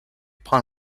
prend